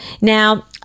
Now